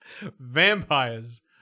Vampires